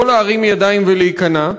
או להרים ידיים ולהיכנע,